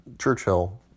Churchill